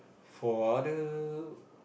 for other